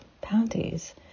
panties